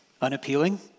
Unappealing